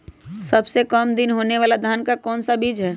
सबसे काम दिन होने वाला धान का कौन सा बीज हैँ?